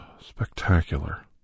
spectacular